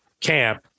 camp